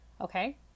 Okay